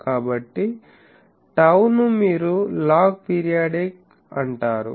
కాబట్టి టౌ ను మీరు లాగ్ పీరియడ్ అంటారు